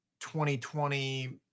2020